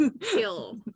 kill